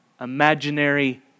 imaginary